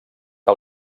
que